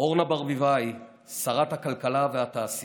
אורנה ברביבאי, שרת הכלכלה והתעשייה,